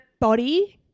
body